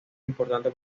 importante